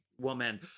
woman